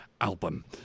album